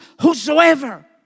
whosoever